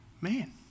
man